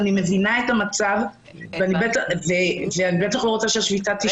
אני מבינה את המצב ואני בטח לא רוצה --- לכן